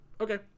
okay